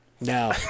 No